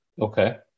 okay